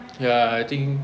ya I think